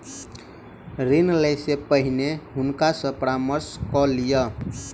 ऋण लै से पहिने हुनका सॅ परामर्श कय लिअ